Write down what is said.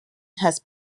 has